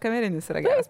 kamerinis yra geras